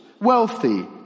wealthy